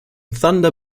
thunder